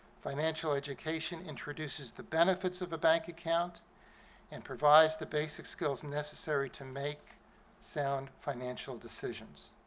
financial education introduces the benefits of a bank account and provides the basic skills necessary to make sound financial decisions.